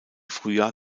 frühjahr